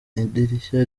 idirishya